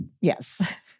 Yes